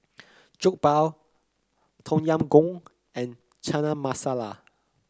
Jokbal Tom Yam Goong and Chana Masala